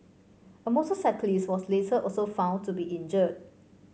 a motorcyclist was later also found to be injured